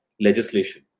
legislation